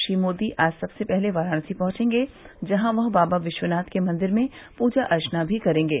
श्री मोदी आज सबसे पहले वाराणसी पहुंचेंगे जहां वह बाबा विश्वनाथ के मंदिर में पूजा अर्चना भी करेंगे